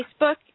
Facebook